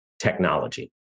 technology